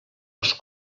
els